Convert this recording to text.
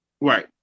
Right